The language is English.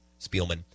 Spielman